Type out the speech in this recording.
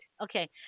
Okay